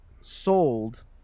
sold